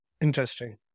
Interesting